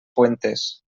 fuentes